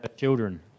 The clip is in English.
Children